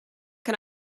can